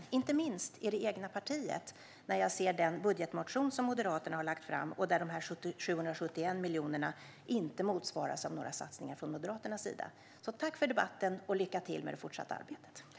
Det gäller inte minst i det egna partiet när jag ser den budgetmotion som Moderaterna har lagt fram, där dessa 771 miljoner inte motsvaras av några satsningar från Moderaternas sida. Så tack för debatten och lycka till med det fortsatta arbetet!